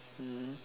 mm